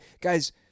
Guys